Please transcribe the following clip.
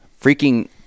Freaking